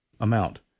amount